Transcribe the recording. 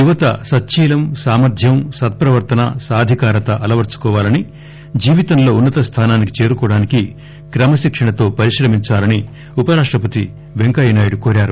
యువత సచ్చీలం సామర్ద్యం సత్పవర్తన సాధికారత అల్వరచుకోవాలని జీవితంలో ఉన్నత స్థానానికి చేరుకోవడానికి క్రమశిక్షణతో పరిశ్రమించాలని ఉపరాష్టపతి వెంకయ్యనాయుడు కోరారు